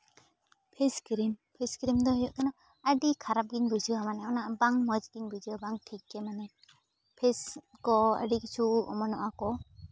face cream face cream ᱫᱚ ᱦᱩᱭᱩᱜ ᱠᱟᱱᱟ ᱟᱹᱰᱤ ᱠᱷᱟᱨᱟᱯ ᱜᱮᱧ ᱵᱩᱡᱷᱟᱹᱣᱟ ᱢᱟᱱᱮ ᱚᱱᱟ ᱵᱟᱝ ᱢᱚᱡᱽ ᱜᱮᱧ ᱵᱩᱡᱷᱟᱹᱣᱟ ᱵᱟᱝ ᱴᱷᱤᱠ ᱜᱮ ᱢᱟᱱᱮ ᱯᱷᱮᱥ ᱠᱚ ᱟᱹᱰᱤ ᱠᱤᱪᱷᱩ ᱚᱢᱚᱱᱚᱜᱼᱟ ᱠᱚ